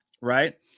right